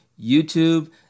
YouTube